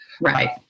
right